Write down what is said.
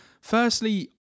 firstly